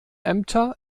ämter